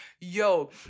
yo